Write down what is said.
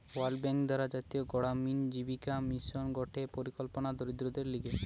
world Bank দ্বারা জাতীয় গড়ামিন জীবিকা মিশন গটে পরিকল্পনা দরিদ্রদের লিগে